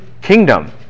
kingdom